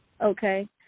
Okay